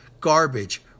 garbage